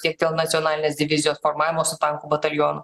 tiek dėl nacionalinės divizijos formavimo su tankų batalionu